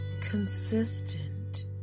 consistent